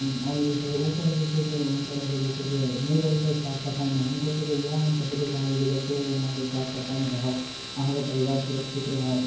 आओर जे छै से ओसब जे छै से कोनो तरहके जे छै से नहि रहय छथि साफ सफाइमे हुनको सबके इएह हम कहय लए चाहबय जे जत्ते अहाँसब साफ सफाइमे रहब अहाँके परिवार सुरक्षित रहत